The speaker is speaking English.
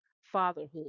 fatherhood